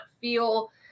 feel